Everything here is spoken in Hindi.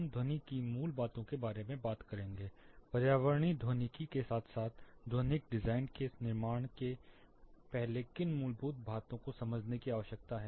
हम ध्वनि की मूल बातें के बारे में बात करेंगे पर्यावरणीय ध्वनिकी के साथ साथ ध्वनिक डिजाइन के निर्माण से पहले किन मूलभूत बातों को समझने की आवश्यकता है